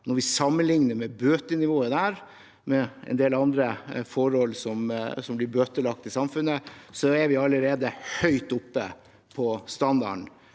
Når vi sammenligner bøtenivået der med en del andre forhold som blir bøtelagt i samfunnet, er vi allerede høyt oppe på standarden,